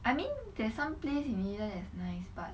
I mean there's some place in india is nice but